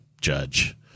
judge